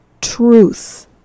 truth